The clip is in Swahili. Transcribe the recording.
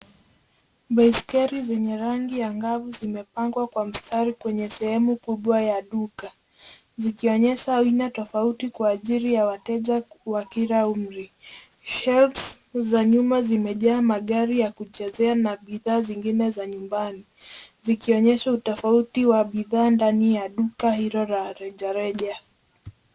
Baiskeli zenye rangi angavu zimepangwa kwa mstari kwenye sehemu kubwa ya duka, zikionyesha aina tofauti kwa ajili ya wateja wa kila umri. Shelves za nyuma zimejaa magari ya kuchezea na bidhaa nyingine za nyumbani, zikionyesha utofauti wa bidhaa ndani ya duka hilo la rejareja.